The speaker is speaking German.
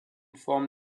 form